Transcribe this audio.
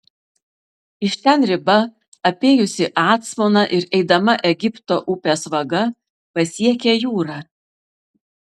iš ten riba apėjusi acmoną ir eidama egipto upės vaga pasiekia jūrą